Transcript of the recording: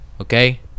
okay